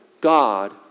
God